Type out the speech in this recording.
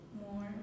more